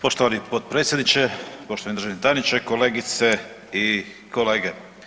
Poštovani potpredsjedniče, poštovani državni tajniče, kolegice i kolege.